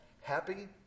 happy